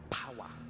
power